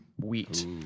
Wheat